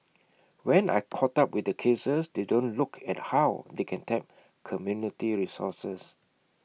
when I caught up with their cases they don't look at how they can tap community resources